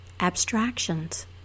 abstractions